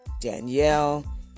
Danielle